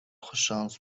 خوششانس